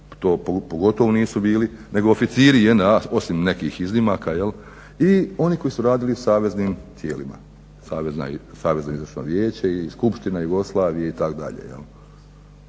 to pogotovo nisu bili, nego oficiri JNA, osim nekih iznimaka i oni koji su radili u saveznim tijelima. Savezno izvršno vijeće i skupština Jugoslavije itd.